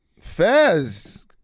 Fez